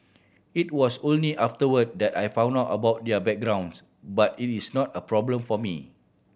it was only afterward that I found out about their backgrounds but it is not a problem for me